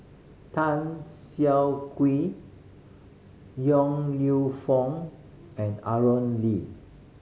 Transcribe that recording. Tan Siah Kwee Yong Lew Foong and Aaron Lee